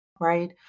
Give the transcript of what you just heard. Right